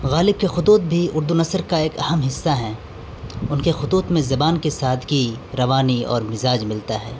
غالب کے خطوط بھی اردو نثر کا ایک اہم حصہ ہیں ان کے خطوط میں زبان کے سادگی روانی اور مزاج ملتا ہے